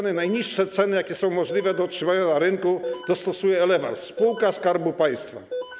Najniższe ceny, jakie są możliwe do otrzymania na rynku, stosuje Elewarr, spółka Skarbu Państwa.